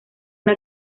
una